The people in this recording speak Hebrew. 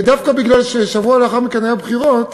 דווקא מפני ששבוע לאחר מכן היו בחירות,